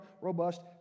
robust